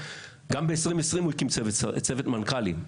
גם ב-2020 הוא הקים צוות מנכ״לים,